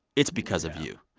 it's because of you.